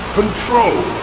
control